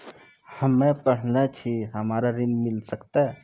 हम्मे पढ़ल न छी हमरा ऋण मिल सकत?